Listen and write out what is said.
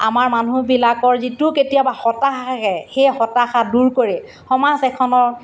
আমাৰ মানুহবিলাকৰ যিটো কেতিয়াবা হতাশ আহে সেই হতাশা দূৰ কৰি সমাজ এখনৰ